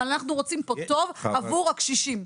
אבל אנחנו רוצים פה טוב עבור הקשישים.